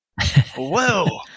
whoa